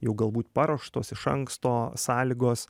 jau galbūt paruoštos iš anksto sąlygos